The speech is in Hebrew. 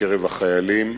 מקרב החיילים.